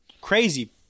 crazy